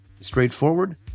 straightforward